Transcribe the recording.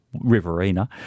Riverina